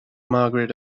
margaret